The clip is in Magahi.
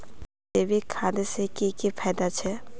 जैविक खाद से की की फायदा छे?